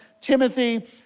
Timothy